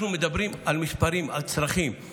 אנחנו מדברים על מספרים, על צרכים.